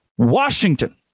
Washington